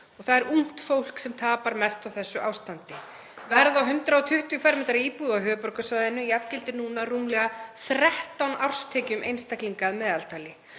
Það er ungt fólk sem tapar mest á þessu ástandi Verð á 120 m² íbúð á höfuðborgarsvæðinu jafngildir núna rúmlega 13 árstekjum einstaklinga að meðaltali.